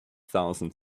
thousand